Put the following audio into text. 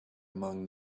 among